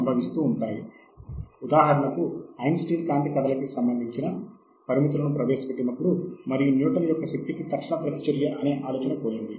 కాబట్టి మొదటిది ప్రతి శాస్త్రవేత్త ముఖ్యంగా మొత్తం చరిత్రను ప్రతిబింబించలేరని తెలుసుకొనవలసిన అవసరం ఉంది